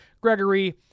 Gregory